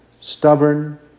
stubborn